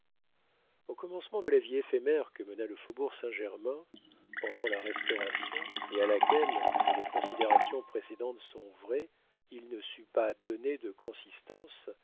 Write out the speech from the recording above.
au commencement de la vie éphémère que mena le faubourg saint-germain pendant la restauration et à laquelle si les considérations précédentes sont vraies il ne sut pas donner de consistance